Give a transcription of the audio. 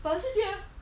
but 我是觉得